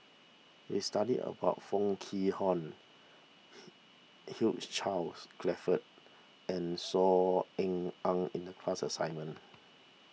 we studied about Foo Kwee Horng Hugh Charles Clifford and Saw Ean Ang in the class assignment